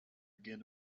again